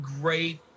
great